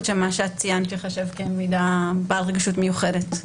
שמה שציינת ייחשב כמידע בעל רגישות מיוחדת.